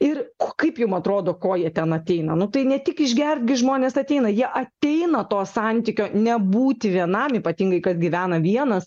ir ko kaip jum atrodo ko jie ten ateina nu tai ne tik išgert gi žmonės ateina jie ateina to santykio nebūti vienam ypatingai kas gyvena vienas